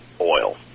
oil